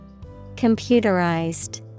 Computerized